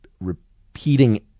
repeating